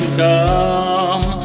come